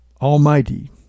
Almighty